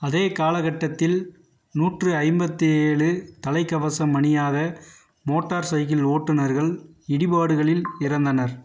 அதே காலகட்டத்தில் நூற்றி ஐம்பத்தி ஏழு தலைக்கவசம் அணியாத மோட்டார் சைக்கிள் ஓட்டுநர்கள் இடிபாடுகளில் இறந்தனர்